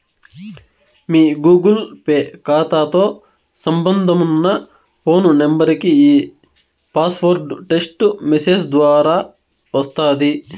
మీ Google Pay కాతాతో సంబంధమున్న phone నెంబరికి ఈ పాస్వార్డు టెస్టు మెసేజ్ దోరా వస్తాది